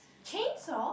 chainsaw